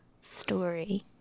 story